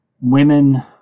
women